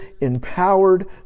empowered